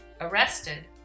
arrested